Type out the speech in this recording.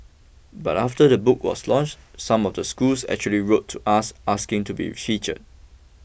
but after the book was launched some of the schools actually wrote to us asking to be featured